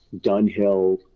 Dunhill